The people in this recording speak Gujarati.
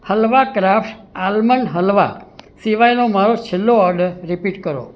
હલવા ક્રાફ્ટ આલમંડ હલવા સિવાયનો મારો છેલ્લો ઓર્ડર રીપીટ કરો